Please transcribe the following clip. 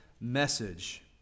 message